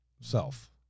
self